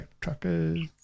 truckers